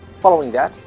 following that,